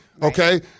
Okay